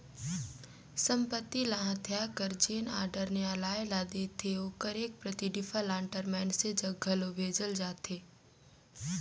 संपत्ति ल हथियाए कर जेन आडर नियालय ल देथे ओकर एक प्रति डिफाल्टर मइनसे जग घलो भेजल जाथे